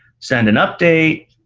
send an update.